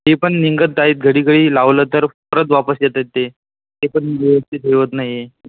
ते पण निघत आहेत घडीघडी लावलं तर परत वापस येत आहेत ते ते पण व्यवस्थित हे होत नाही आहे